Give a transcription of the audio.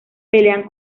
pelean